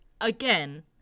again